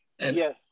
Yes